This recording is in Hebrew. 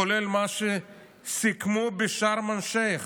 כולל מה שסיכמו בשארם א-שייח'